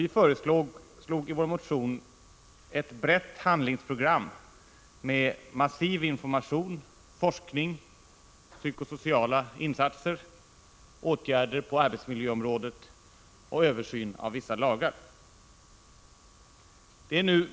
Vi föreslog i vår motion ett brett handlingsprogram innefattande massiv information, forskning, psykosociala insatser, åtgärder på arbetsmiljöområdet och en översyn av vissa lagar.